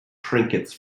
trinkets